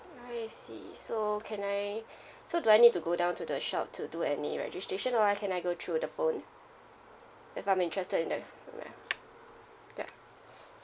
I see so can I so do I need to go down to the shop to do any registration or I can I go through the phone if I'm interested in the ya yup